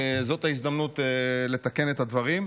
זאת ההזדמנות לתקן את הדברים.